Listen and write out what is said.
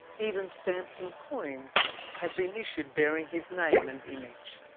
even stamps and coins have been issued bearing his name and image.